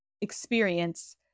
experience